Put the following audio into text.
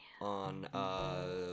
on